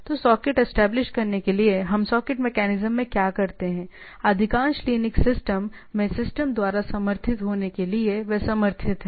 तो socket establish करने के लिएहम सॉकेट मेकैनिज्म में क्या करते हैं अधिकांश लिनक्स सिस्टम में सिस्टम द्वारा समर्थित होने के लिए वे समर्थित हैं